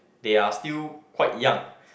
they are still quite young